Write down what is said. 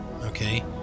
okay